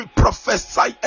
prophesy